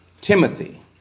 Timothy